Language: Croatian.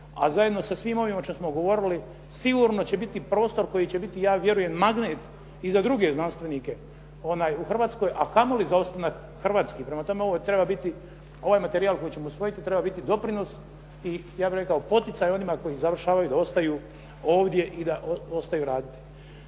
a zajedno sa svim ovim o čemu smo govorili sigurno će biti prostor koji će biti, ja vjerujem magnet i za druge znanstvenike u Hrvatskoj a kamoli za ostanak hrvatski. Prema tome, ovo treba biti, ovaj materijal koji ćemo usvojiti treba biti doprinos i ja bih rekao poticaj onima koji završavaju da ostaju ovdje i da ostaju raditi.